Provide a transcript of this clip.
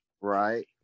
Right